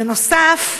בנוסף,